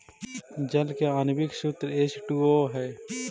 जल के आण्विक सूत्र एच टू ओ हई